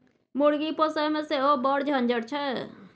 मुर्गी पोसयमे सेहो बड़ झंझट छै